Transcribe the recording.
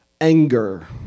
anger